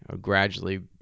gradually